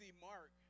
mark